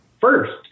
first